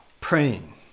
praying